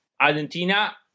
Argentina